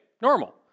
normal